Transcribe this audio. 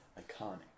Iconic